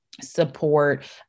support